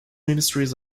ministries